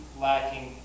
lacking